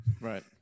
Right